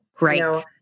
Right